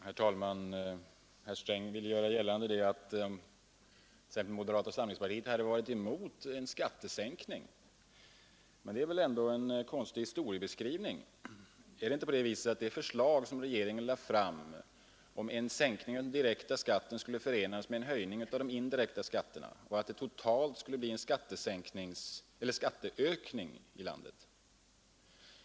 Herr talman! Herr Sträng ville göra gällande att bl.a. moderata samlingspartiet hade varit motståndare till en skattesänkning. Det är väl ändå en konstig historiebeskrivning. Är det inte på det viset att det förslag som regeringen lade fram om en sänkning av den direkta skatten skulle förenas med en höjning av de indirekta skatterna och att det totalt skulle bli en skatteökning i landet?